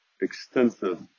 extensive